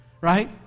Right